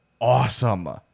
awesome